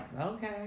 okay